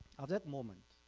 of that moment